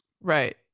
right